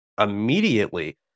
Immediately